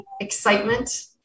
excitement